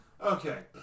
Okay